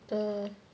the